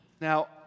Now